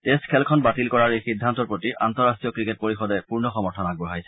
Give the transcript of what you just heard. test খেলখন বাতিল কৰাৰ এই সিদ্ধান্তৰ প্ৰতি আন্তঃৰাষ্টীয় ক্ৰিকেট পৰিষদে পূৰ্ণ সমৰ্থন আগবঢ়াইছে